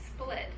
split